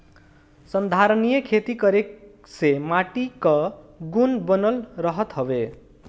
संधारनीय खेती करे से माटी कअ गुण बनल रहत हवे